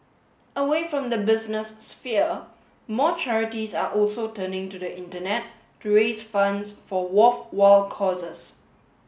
away from the business sphere more charities are also turning to the Internet to raise funds for worthwhile causes